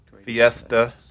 Fiesta